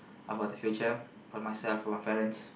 about the future for myself for my parents